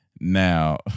Now